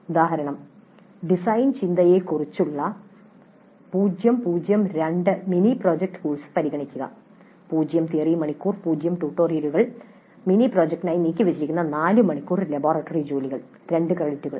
ഉദാഹരണം ഡിസൈൻ ചിന്തയെക്കുറിച്ചുള്ള 0 0 2 mini project course പരിഗണിക്കുക 0 തിയറി മണിക്കൂർ 0 ട്യൂട്ടോറിയലുകൾ മിനി പ്രോജക്റ്റിനായി നീക്കിവച്ചിരിക്കുന്ന 4 മണിക്കൂർ ലബോറട്ടറി ജോലികൾ രണ്ട് ക്രെഡിറ്റുകൾ